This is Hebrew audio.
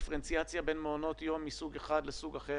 לדיפרנציאציה שיש בין מעונות יום מסוג אחד למעונות יום מסוג אחר,